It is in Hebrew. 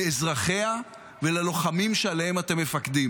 לאזרחיה וללוחמים שעליהם אתם מפקדים.